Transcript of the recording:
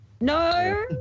No